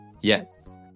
yes